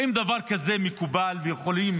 האם דבר כזה מקובל ויכולים